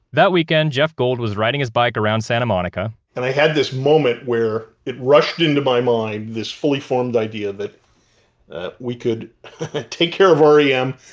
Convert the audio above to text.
that weekend, jeff gold was riding his bike around santa monica and i had this moment where it rushed into my mind this fully formed idea that we could take care of r e m.